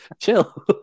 chill